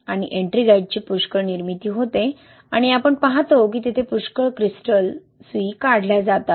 आणि एट्रिंगाइट ची पुष्कळ निर्मिती होते आणि आपण पाहतो की तेथे पुष्कळ क्रिस्टल सुई काढल्या जातात